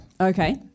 Okay